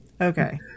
Okay